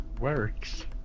works